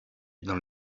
dans